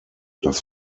das